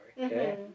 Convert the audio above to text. okay